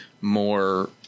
more